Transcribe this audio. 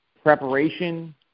Preparation